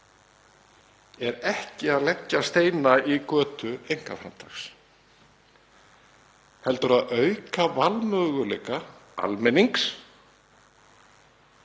er ekki að leggja steina í götu einkaframtaks heldur að auka valmöguleika almennings